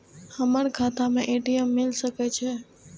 हमर खाता में ए.टी.एम मिल सके छै?